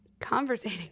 conversating